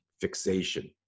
fixation